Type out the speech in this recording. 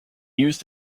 used